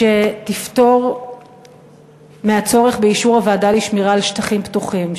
שתפטור מהצורך באישור הוועדה לשמירה על שטחים פתוחים,